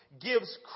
gives